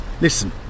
Listen